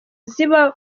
ziba